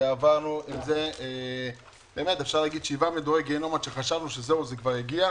ועברנו עם זה שבעה מדורי גיהינום עד שחשבנו שזהו זה כבר הגיע.